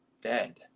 dead